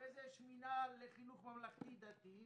אחרי זה יש מינהל לחינוך ממלכתי דתי,